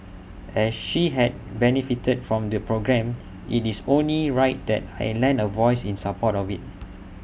as she had benefited from the programme IT is only right that I lend A voice in support of IT